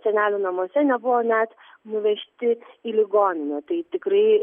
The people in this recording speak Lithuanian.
senelių namuose nebuvo net nuvežti į ligoninę tai tikrai